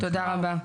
תודה רבה.